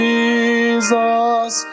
Jesus